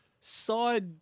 side